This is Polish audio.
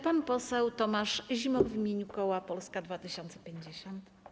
Pan poseł Tomasz Zimoch w imieniu koła Polska 2050.